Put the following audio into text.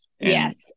Yes